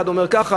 אחד אומר ככה